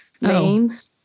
names